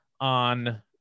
on